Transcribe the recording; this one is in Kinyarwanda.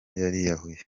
yariyahuye